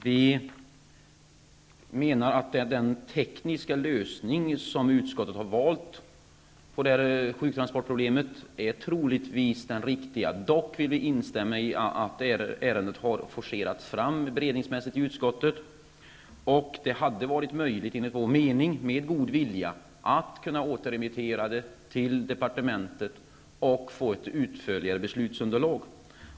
Vi menar att den tekniska lösning som utskottet har valt när det gäller sjuktransportproblemet troligtvis är den riktiga. Vi vill dock instämma i kritiken att ärendet beredningsmässigt har forcerats fram i utskottet och att det, enligt vår mening, med god vilja hade varit möjligt att återremittera ärendet till departementet för att få ett mer utförligt beslutsunderlag.